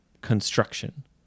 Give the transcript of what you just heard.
construction